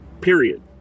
Period